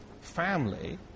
family